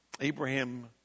Abraham